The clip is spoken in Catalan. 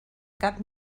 cap